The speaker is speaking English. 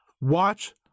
Watch